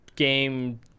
Game